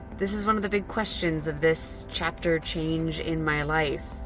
this is one of the big questions of this chapter change in my life,